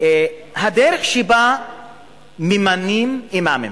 הדרך שבה ממנים אימאמים: